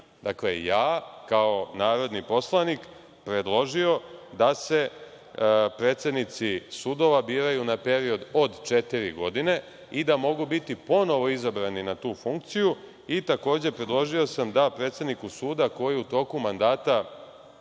dakle ja kao narodni poslanik predložio da se predsednici sudova biraju na period od četiri godine i da mogu biti ponovo izabrani na tu funkciju i takođe predložio sam da predsedniku suda koji u toku mandata